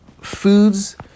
foods